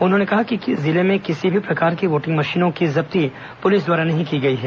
उन्होंने कहा कि जिले में किसी भी प्रकार के वोटिंग मशीनों की जब्ती पुलिस द्वारा नहीं की गई है